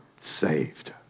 saved